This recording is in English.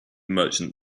merchant